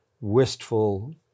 wistful